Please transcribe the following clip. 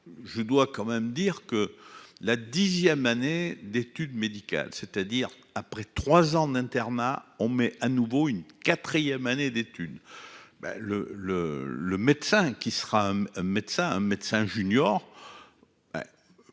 Je dois quand même dire que la dixième année d'études médicales, c'est-à-dire après 3 ans d'internat. On met à nouveau une 4ème année d'études. Ben le, le, le médecin qui sera un médecin, un médecin junior.